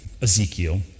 Ezekiel